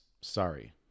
sorry